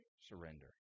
surrender